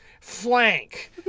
Flank